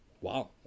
Wow